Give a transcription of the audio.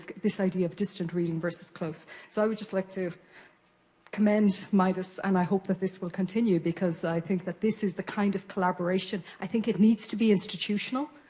this idea of distant reading versus close. so, i would just like to commend midas and i hope that this will continue because i think that this is the kind of collaboration, i think it needs to be institutional